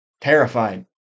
terrified